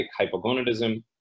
hypogonadism